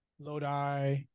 Lodi